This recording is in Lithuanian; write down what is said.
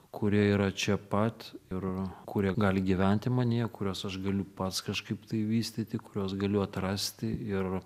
kurie yra čia pat ir kurie gali gyventi manyje kuriuos aš galiu pats kažkaip tai vystyti kuriuos galiu atrasti ir